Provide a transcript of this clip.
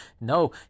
No